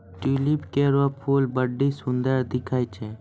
tulip केरो फूल बड्डी सुंदर दिखै छै